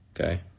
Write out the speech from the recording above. Okay